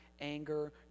anger